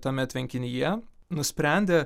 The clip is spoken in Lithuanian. tame tvenkinyje nusprendė